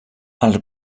els